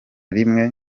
rimwe